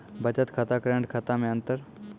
बचत खाता करेंट खाता मे अंतर?